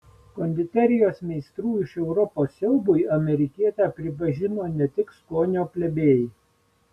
konditerijos meistrų iš europos siaubui amerikietę pripažino ne tik skonio plebėjai